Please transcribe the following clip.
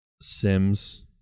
Sims